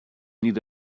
need